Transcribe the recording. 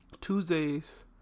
Tuesdays